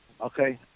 Okay